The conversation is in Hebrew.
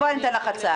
בואי אני אתן לך הצעה.